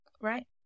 right